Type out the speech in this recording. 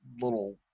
little